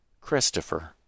Christopher